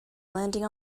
landing